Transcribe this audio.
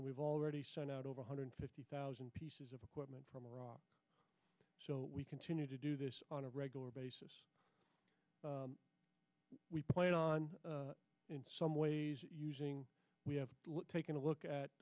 we've already sent out over one hundred fifty thousand pieces of equipment from iraq so we continue to do this on a regular basis we plan on in some ways using we have taken a look at